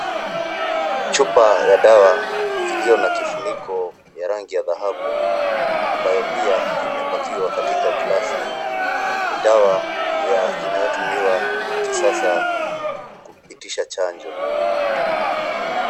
Chupa ya dawa iliyo na kifuniko ya rangi ya dhahabu ambayo pia imepakiwa katika gilasi. Ni dawa inayotumiwa kisasa kupitisha chanjo.